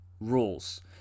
rules